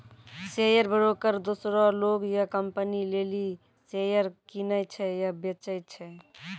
share broker दोसरो लोग या कंपनी लेली शेयर किनै छै या बेचै छै